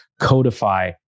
codify